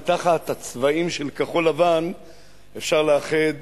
ותחת הצבעים של כחול-לבן אפשר לאחד